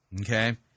okay